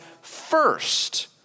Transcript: first